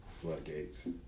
floodgates